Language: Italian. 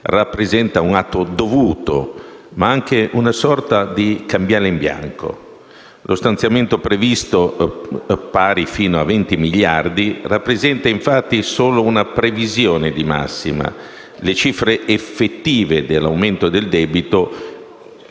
rappresenta un atto dovuto, ma anche una sorta di cambiale in bianco. Lo stanziamento previsto, fino a 20 miliardi di euro, rappresenta infatti solo una previsione di massima: le cifre effettive dell'aumento del debito